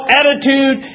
attitude